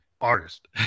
artist